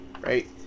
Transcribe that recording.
right